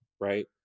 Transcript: right